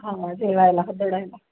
हां जेवायला हादडायला